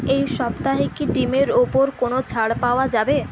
এই সপ্তাহে কি ডিমের ওপর কোনও ছাড় পাওয়া যাবে